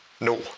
no